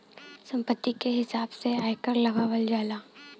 संपत्ति के हिसाब से आयकर लगावल जाला